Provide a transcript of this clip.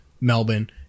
Melbourne